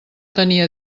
tenia